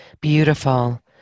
Beautiful